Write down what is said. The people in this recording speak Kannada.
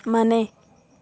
ಮನೆ